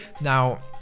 Now